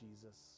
Jesus